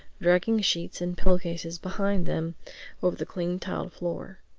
dragging sheets and pillow-cases behind them over the clean tiled floor.